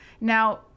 Now